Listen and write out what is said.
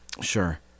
Sure